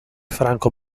franco